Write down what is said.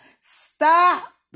Stop